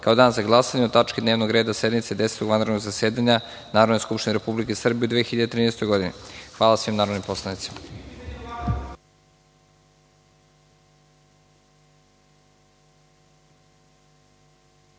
kao dan za glasanje o tački dnevnog reda sednice Desetog vanrednog zasedanja Narodne skupštine Republike Srbije u 2013. godini. Hvala svim narodnim poslanicima.